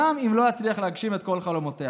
גם אם לא אצליח להגשים את כל חלומותיה.